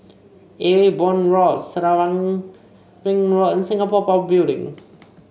Ewe Boon Road Selarang Ring Road and Singapore Power Building